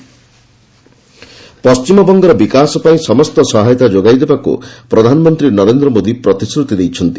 PM Kolkata ପଶ୍ଚିମବଙ୍ଗର ବିକାଶ ପାଇଁ ସମସ୍ତ ସହାୟତା ଯୋଗାଇ ଦେବାକୁ ପ୍ରଧାନମନ୍ତ୍ରୀ ନରେନ୍ଦ ମୋଦି ପ୍ରତିଶ୍ରତି ଦେଇଛନ୍ତି